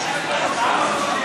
תצרף אותי להצבעה.